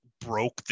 broke